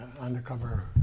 undercover